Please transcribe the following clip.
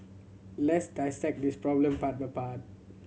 let's dissect this problem part by part